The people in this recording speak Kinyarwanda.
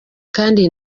kandi